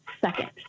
second